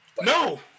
no